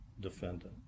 defendant